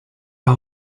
are